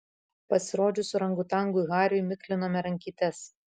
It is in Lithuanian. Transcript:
pasirodžius orangutangui hariui miklinome rankytes